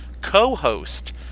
co-host